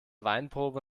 weinprobe